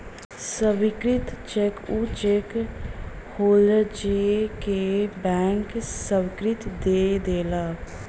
स्वीकृत चेक ऊ चेक होलाजे के बैंक स्वीकृति दे देला